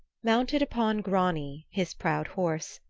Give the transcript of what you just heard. mounted upon grani, his proud horse,